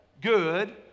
good